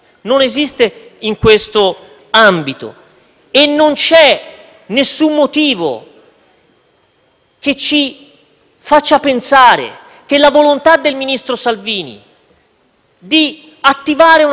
che porti a pensare che la volontà del ministro Salvini di attivare una rincorsa al consenso, tenendo in vita nel Paese una strategia della tensione che si basa sulla volontà